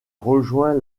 rejoint